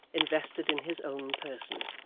invested in his own person,